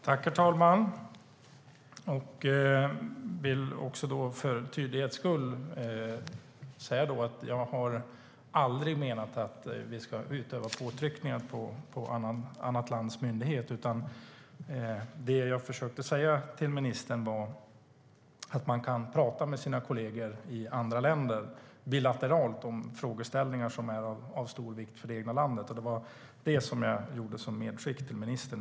Herr talman! Jag vill för tydlighets skull säga att jag aldrig har menat att vi ska utöva påtryckningar på ett annat lands myndighet. Det jag försökte säga till ministern var att man kan prata med sina kolleger i andra länder bilateralt om frågeställningar som är av stor vikt för det egna landet. Det var det jag gjorde som medskick till ministern.